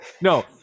No